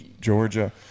Georgia